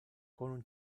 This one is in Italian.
con